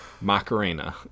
Macarena